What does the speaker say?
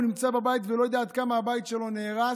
הוא לא נמצא בבית ולא יודע עד כמה הבית שלו נהרס,